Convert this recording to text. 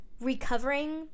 recovering